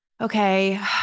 okay